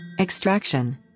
Extraction